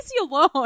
alone